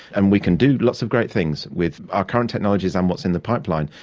and we can do lots of great things with our current technologies and what's in the pipeline.